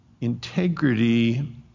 Integrity